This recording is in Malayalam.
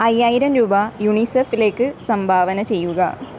അയ്യായിരം രൂപ യുണിസെഫിലേക്ക് സംഭാവന ചെയ്യുക